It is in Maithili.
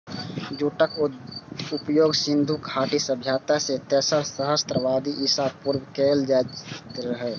जूटक उपयोग सिंधु घाटी सभ्यता मे तेसर सहस्त्राब्दी ईसा पूर्व कैल जाइत रहै